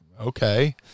okay